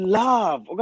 love